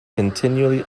continually